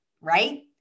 right